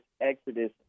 exodus